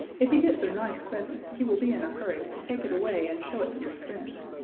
if he gets a nice present he will be in a hurry to take it away and show it to his friends,